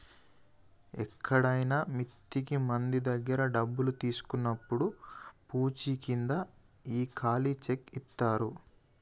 ఎక్కడైనా మిత్తికి మంది దగ్గర డబ్బు తీసుకున్నప్పుడు పూచీకింద ఈ ఖాళీ చెక్ ఇత్తారు